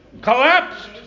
collapsed